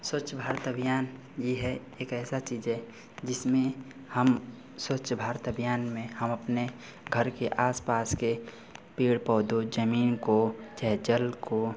स्वच्छ भारत अभियान यह है एक ऐसी चीज़ है जिसमें हम स्वच्छ भारत अभियान में हम अपने घर के आस पास के पेड़ पौधों ज़मीन को चाहे जल को